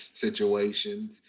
situations